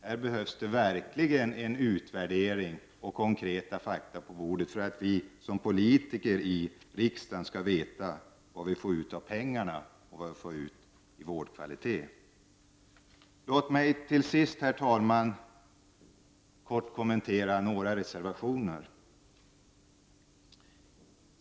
Här behövs det verkligen en utvärdering och konkreta fakta på bordet för att vi som politiker i riksdagen skall kunna veta vad vi får ut av pengarna och vad vi får ut i fråga om vårdkvalitet. Låt mig till sist, herr talman, kort kommentera några reservationer.